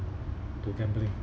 to gambling